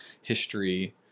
history